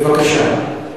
בבקשה.